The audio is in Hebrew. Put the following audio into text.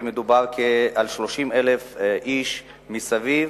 ומדובר על כ-30,000 איש מסביב